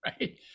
Right